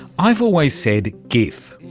i've always said gif,